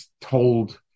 told